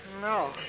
No